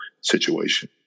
situation